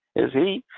is he?